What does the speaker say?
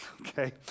Okay